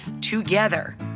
together